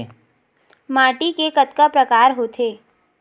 माटी के कतका प्रकार होथे?